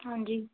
ਹਾਂਜੀ